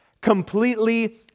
completely